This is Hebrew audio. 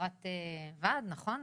חברת וועד, נכון?